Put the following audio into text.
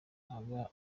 aba